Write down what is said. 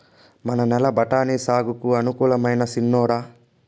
మన నేల బఠాని సాగుకు అనుకూలమైనా చిన్నోడా